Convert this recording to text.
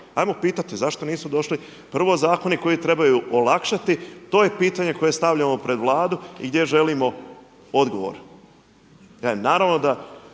Hajmo pitati zašto nisu došli prvo zakoni koji trebaju olakšati? To je pitanje koje stavljamo pred Vladu i gdje želimo odgovor.